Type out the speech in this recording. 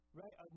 right